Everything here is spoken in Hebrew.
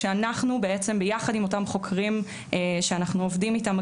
כשאנחנו בעצם ביחד עם אותם חוקרים שאנחנו עובדים איתם,